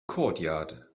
courtyard